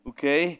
Okay